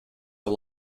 the